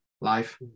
live